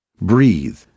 breathe